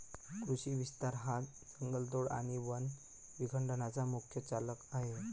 कृषी विस्तार हा जंगलतोड आणि वन विखंडनाचा मुख्य चालक आहे